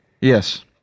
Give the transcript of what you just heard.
Yes